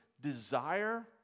desire